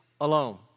alone